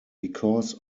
because